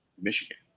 Michigan